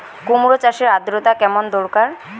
কুমড়ো চাষের আর্দ্রতা কেমন দরকার?